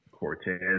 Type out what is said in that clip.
Cortez